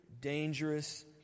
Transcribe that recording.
dangerous